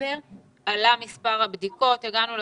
בספטמבר עלה מספר הבדיקות, הגענו ל-53,000.